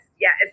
yes